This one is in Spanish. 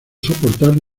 soportar